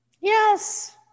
Yes